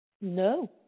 No